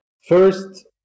First